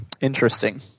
Interesting